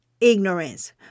ignorance